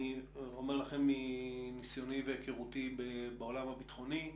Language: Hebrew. אני אומר לכם, מניסיוני בעולם הביטחוני,